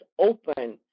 open